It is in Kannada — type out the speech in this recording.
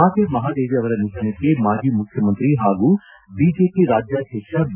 ಮಾತೆ ಮಹಾದೇವಿ ಅವರ ನಿಧನಕ್ಕೆ ಮಾಜಿ ಮುಖ್ಯಮಂತ್ರಿ ಹಾಗೂ ಬಿಜೆಪಿ ರಾಜ್ಯಾಧ್ಯಕ್ಷ ಬಿ